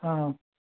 हँ